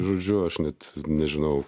žodžiu aš net nežinau